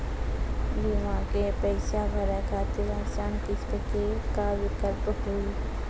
बीमा के पैसा भरे खातिर आसान किस्त के का विकल्प हुई?